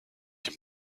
dem